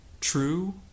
True